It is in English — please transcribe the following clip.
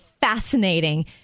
fascinating